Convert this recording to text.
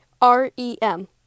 R-E-M